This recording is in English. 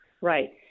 right